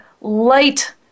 light